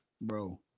bro